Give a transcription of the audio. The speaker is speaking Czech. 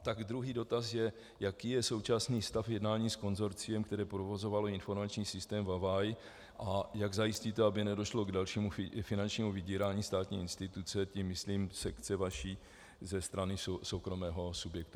Tak druhý dotaz je, jaký je současný stav jednání s konsorciem, které provozovalo informační systém VaVaI, a jak zajistíte, aby nedošlo k dalšímu finančnímu vydírání státní instituce, tím myslím vaší sekce, ze strany soukromého subjektu.